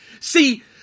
See